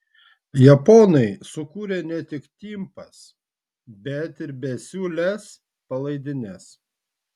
japonai sukūrė ne tik timpas bet ir besiūles palaidines